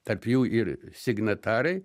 tarp jų ir signatarai